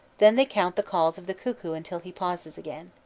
then they count the calls of the cuckoo until he pauses again.